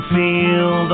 feel